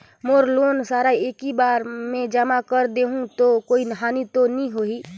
मोर loan सारा एकी बार मे जमा कर देहु तो कोई हानि तो नी होही?